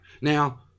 Now